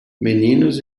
meninos